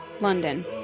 London